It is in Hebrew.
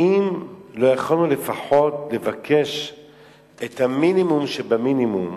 האם לא יכולנו לבקש את המינימום שבמינימום,